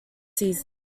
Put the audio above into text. season